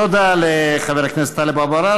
תודה לחבר הכנסת טלב אבו עראר.